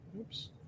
Oops